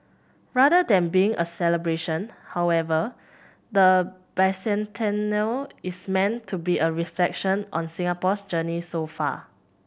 rather than being a celebration however the bicentennial is meant to be a reflection on Singapore's journey so far